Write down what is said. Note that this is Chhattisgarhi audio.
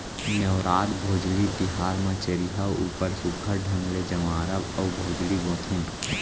नेवरात, भोजली तिहार म चरिहा ऊपर सुग्घर ढंग ले जंवारा अउ भोजली बोथें